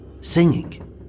singing